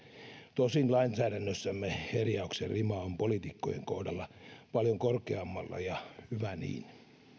tosin lainsäädännössämme herjauksen rima on poliitikkojen kohdalla paljon korkeammalla ja hyvä niin